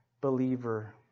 believer